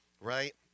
Right